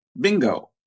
bingo